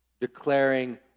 declaring